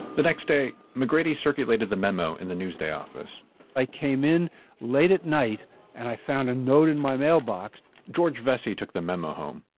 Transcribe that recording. the next day, mcgrady's circulated the memo in the newsday office i came in late at night and i found a note in my mailbox george vestey took the memo home.